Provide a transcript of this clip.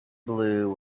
blew